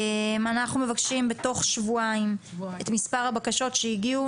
אנחנו מבקשים בתוך שבועיים את מספר הבקשות שהגיעו,